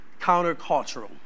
countercultural